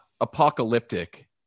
apocalyptic